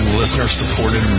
listener-supported